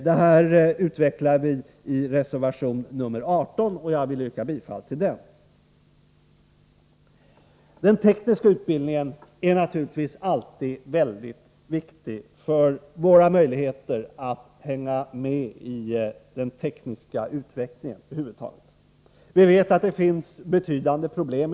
Det här utvecklar vi i reservation nr 18, och jag vill yrka bifall till den. Den tekniska utbildningen är naturligtvis alltid mycket viktig för våra möjligheter att hänga med i den tekniska utvecklingen över huvud taget. Vi vet att det i dag finns betydande problem.